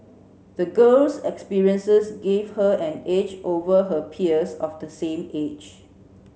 the girl's experiences gave her an edge over her peers of the same age